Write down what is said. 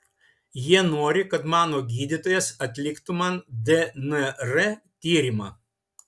jie nori kad mano gydytojas atliktų man dnr tyrimą